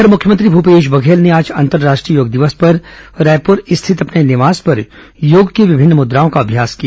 इधर मुख्यमंत्री भूपेश बघेल ने आज अंतर्राष्ट्रीय योग दिवस पर रायपुर स्थित अपने निवास में योग की विभिन्न मुद्राओं का अम्यास किया